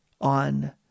on